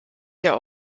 der